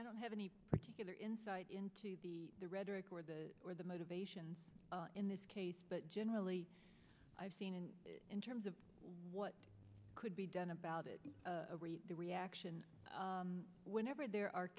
i don't have any particular insight into the the rhetoric or the or the motivation in this case but generally i've seen and in terms of what could be done about it the reaction whenever there are